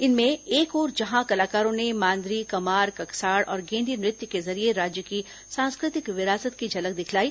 इनमें एक ओर जहां कलाकारों ने मांदरी कमार ककसाड़ और गेंडी नृत्य के जरिए राज्य की सांस्कृतिक विरासत की झलक दिखलाई